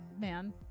man